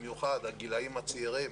ובמיוחד הגילים הצעירים